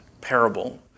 parable